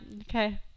okay